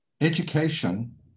Education